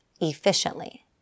efficiently